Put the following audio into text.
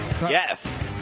yes